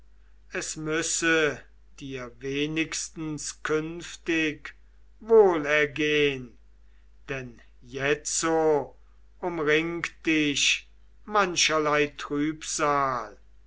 es müsse dir wenigstens künftig wohl ergehn denn jetzo umringt dich mancherlei trübsal